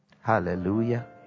hallelujah